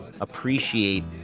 appreciate